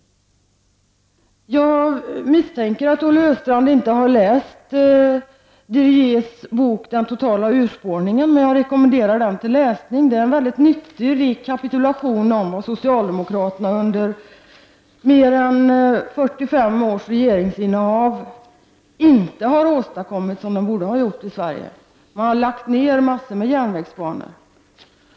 Jag misstänker att Olle Östrand inte har läst Jan de Rietz bok Den totala urspåringen. Jag rekommenderar den till läsning. Det är en väldigt nyttig rekapitulation av vad socialdemokraterna under mer än 45 års regeringsinnehav inte har åstadkommit men som de borde ha gjort i Sverige. Massor av järnvägsbanor har lagts ner.